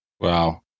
Wow